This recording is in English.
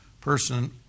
person